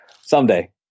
someday